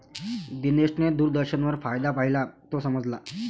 दिनेशने दूरदर्शनवर फायदा पाहिला, तो समजला